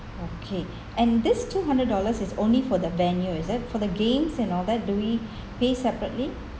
okay and this two hundred dollars is only for the venue is it for the games and all that do we pay separately